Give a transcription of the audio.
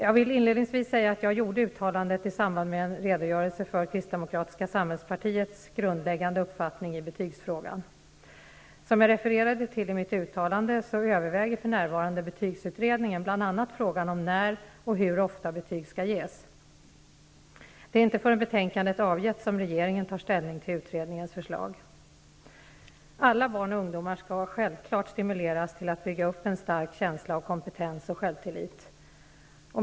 Jag vill inledningsvis säga att jag gjorde uttalandet i samband med en redogörese för Kristdemokratiska samhällspartiets grundläggande uppfattning i betygsfrågan. Som jag refererade till i mitt uttalande överväger för närvarande betygsutredningen bl.a. frågan om när och hur ofta betyg skall ges. Det är inte förrän betänkandet avgetts som regeringen tar ställning till utredningens förslag. Alla barn och ungdomar skall självklart stimuleras till att bygga upp en stark känsla av kompetens och självtillit.